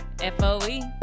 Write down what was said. F-O-E